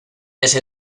ese